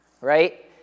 right